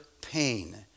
pain